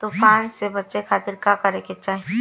तूफान से बचे खातिर का करे के चाहीं?